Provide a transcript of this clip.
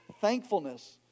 thankfulness